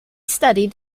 studied